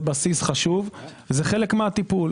זה בסיס חשוב וזה חלק מהטיפול.